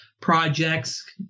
projects